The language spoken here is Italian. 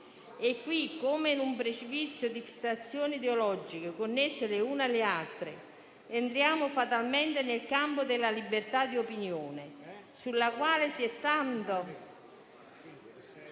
Qui come in un precipizio di estrazioni ideologiche connesse le une alle altre entriamo fatalmente nel campo della libertà di opinione, sulla quale si è tentato